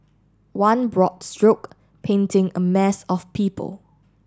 one broad stroke painting a mass of people